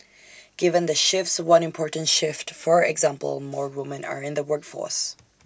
given the shifts one important shift for example more women are in the workforce